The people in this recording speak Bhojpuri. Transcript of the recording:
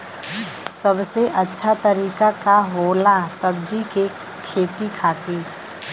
सबसे अच्छा तरीका का होला सब्जी के खेती खातिर?